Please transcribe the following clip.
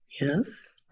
Yes